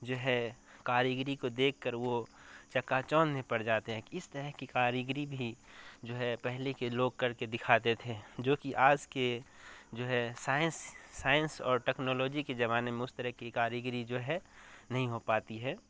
جو ہے کاریگری کو دیکھ کر وہ چکا چوندھ میں پڑ جاتے ہیں اس طرح کی کاریگری بھی جو ہے پہلے کے لوگ کر کے دکھاتے تھے جو کہ آج کے جو ہے سائنس سائنس اور ٹیکنالوجی کے زمانے میں اس طرح کی کاریگری جو ہے نہیں ہو پاتی ہے